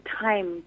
time